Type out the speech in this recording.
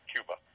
Cuba